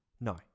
No